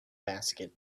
basket